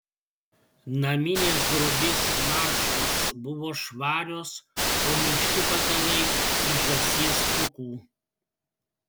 naminės drobės marškos buvo švarios o minkšti patalai iš žąsies pūkų